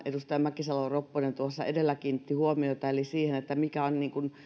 edustaja mäkisalo ropponen tuossa edellä kiinnitti huomiota aivan olennaiseen asiaan eli siihen mikä on